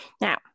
Now